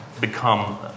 become